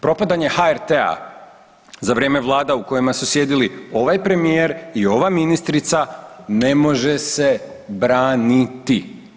Propadanje HRT-a za vrijeme vlada u kojima su sjedili ovaj premijer i ova ministrica ne može se braniti.